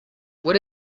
what